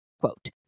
quote